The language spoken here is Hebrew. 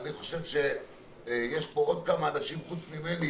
אני חושב שיש פה עוד כמה אנשים חוץ ממני